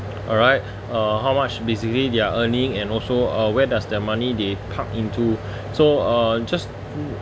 all right uh how much basically they're earning and also uh where does the money they park into so uh just